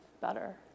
better